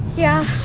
yeah